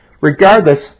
regardless